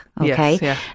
Okay